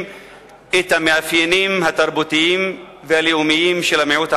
את המאפיינים התרבותיים והלאומיים של המיעוט הערבי.